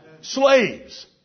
Slaves